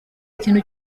ikintu